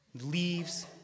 Leaves